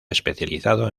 especializado